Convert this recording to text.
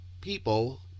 people